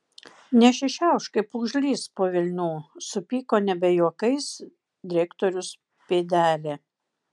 nesišiaušk kaip pūgžlys po velnių supyko nebe juokais direktorius pėdelė